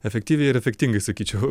efektyviai ir efektingai sakyčiau